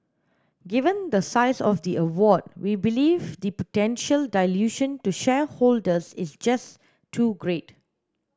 given the size of the award we believe the potential dilution to shareholders is just too great